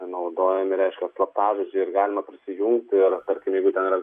naudojami reiškia slaptažodžiai ir galima prisijungti ir tarkime jeigu ten yra